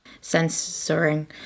Censoring